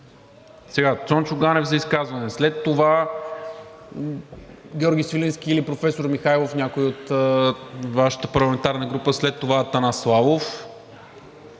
Цончо Ганев за изказване, след това Георги Свиленски или професор Михайлов – някой от Вашата парламентарна група, след това Атанас Славов,